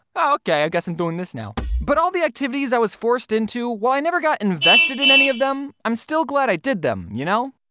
okay i guess i'm doing this now but all the activities i was forced into, well, i never got invested in any of them, i'm still glad i did them, you know.